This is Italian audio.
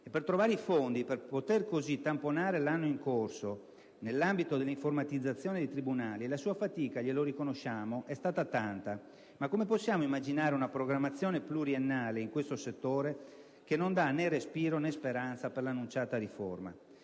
Per trovare i fondi per poter così tamponare l'anno in corso nell'ambito dell'informatizzazione dei tribunali, la sua fatica - glielo riconosciamo - è stata tanta. Ma come possiamo immaginare una programmazione pluriennale in questo settore che non dà né respiro né speranza per l'annunciata riforma?